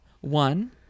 one